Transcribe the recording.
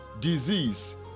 disease